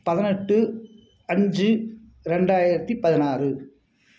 பதினெட்டு அஞ்சு ரெண்டாயிரத்தி பதினாறு